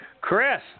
Chris